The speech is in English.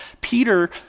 Peter